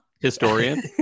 historian